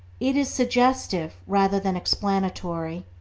it is suggestive rather than explanatory,